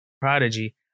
Prodigy